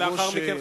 ולאחר מכן,